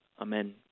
Amen